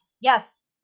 Yes